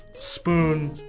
spoon